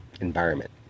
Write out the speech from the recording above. environment